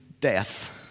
death